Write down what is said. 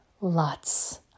lots